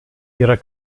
ihrer